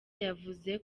yavuze